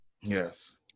yes